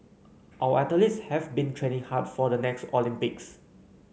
our athletes have been training hard for the next Olympics